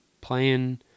playing